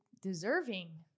deserving